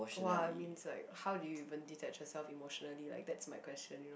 !wah! it means like how do you even detach yourself emotionally like that's my question you know